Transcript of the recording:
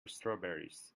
strawberries